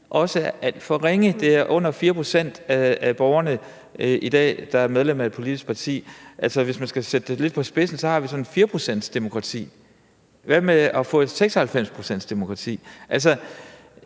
også er alt for ringe; det er under 4 pct. af borgerne, der i dag er medlem af et politisk parti. Altså, hvis vi skal sætte det lidt på spidsen, har vi sådan et 4-procentsdemokrati. Hvad med at få et 96-procentsdemokrati? Altså,